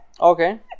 Okay